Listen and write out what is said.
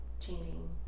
changing